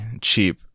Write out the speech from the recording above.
cheap